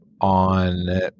on